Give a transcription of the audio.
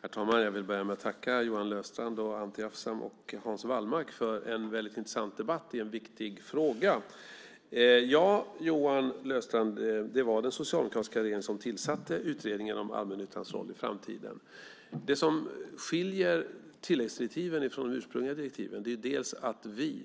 Herr talman! Jag vill börja med att tacka Johan Löfstrand, Anti Avsan och Hans Wallmark för en väldigt intressant debatt i en viktig fråga. Ja, Johan Löfstrand, det var den socialdemokratiska regeringen som tillsatte utredningen om allmännyttans roll i framtiden. Det som skiljer tilläggsdirektiven från de ursprungliga direktiven är dels att vi